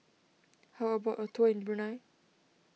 how about a tour in Brunei